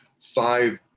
five-